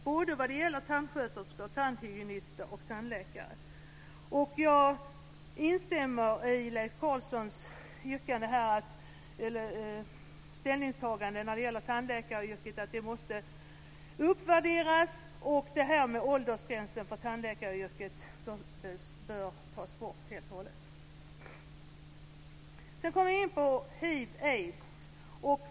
Det gäller tandsköterskor, tandhygienister och tandläkare. Jag instämmer i Leif Carlsons ställningstagande att tandläkaryrket måste uppvärderas, och åldersgränsen i tandläkaryrket bör tas bort helt och hållet. Sedan kommer jag in på hiv/aids.